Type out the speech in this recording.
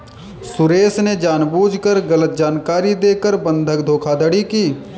सुरेश ने जानबूझकर गलत जानकारी देकर बंधक धोखाधड़ी की